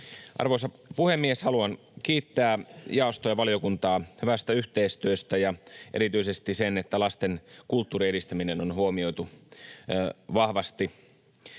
Arvoisa puhemies! Haluan kiittää jaostoa ja valiokuntaa hyvästä yhteistyöstä ja erityisesti siitä, että lasten kulttuurin edistäminen on huomioitu vahvasti